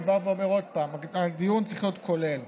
אני בא ואומר עוד פעם שהדיון צריך היות דיון כולל,